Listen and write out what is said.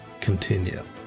continue